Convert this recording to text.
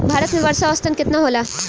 भारत में वर्षा औसतन केतना होला?